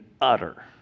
utter